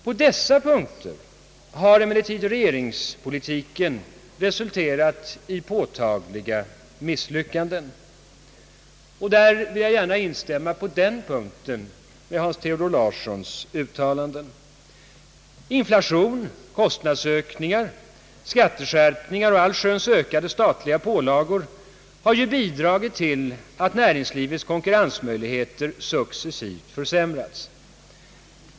På dessa punkter har emellertid regeringspolitiken resulterat i påtagliga misslyckanden — därvidlag vill jag gärna instämma i herr Nils Theodor Larssons uttalanden. Inflation, kostnadsökningar, skatteskärpningar och allsköns ökade statliga pålagor har ju bidragit till att näringslivets konkurrensmöjligheter successivt försämrats.